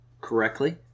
correctly